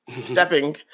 Stepping